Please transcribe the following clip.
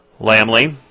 Lamley